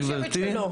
אני לא חושבת שלא.